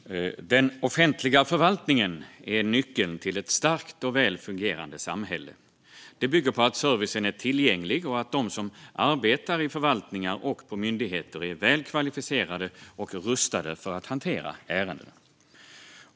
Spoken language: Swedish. Herr talman! Den offentliga förvaltningen är nyckeln till ett starkt och väl fungerande samhälle. Det bygger på att servicen är tillgänglig och att de som arbetar i förvaltningar och på myndigheter är väl kvalificerade och rustade för att hantera ärenden.